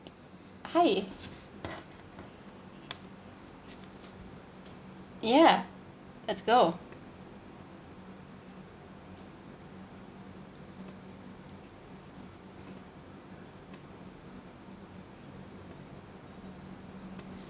hi ya let's go